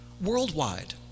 Worldwide